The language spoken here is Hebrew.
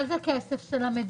אבל זה כסף של המדינה.